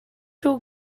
you